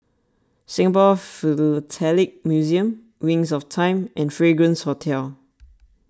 Singapore Philatelic Museum Wings of Time and Fragrance Hotel